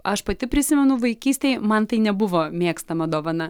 aš pati prisimenu vaikystėj man tai nebuvo mėgstama dovana